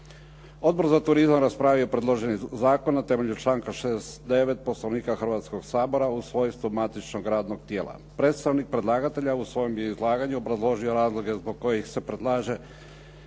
Odbor za turizam raspravio je predloženi zakon na temelju članka 69. Poslovnika Hrvatskog sabora u svojstvu matičnog radnog tijela. Predstavnik predlagatelja u svojem je izlaganju obrazložio razloge zbog kojih se predlaže